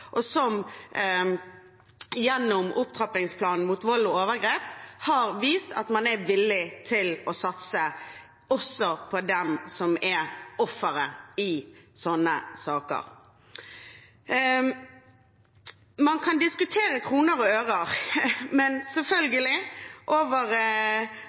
og som gjennom opptrappingsplanen mot vold og overgrep har vist at man er villig til å satse også på den som er offeret i sånne saker. Man kan diskutere kroner og øre, men over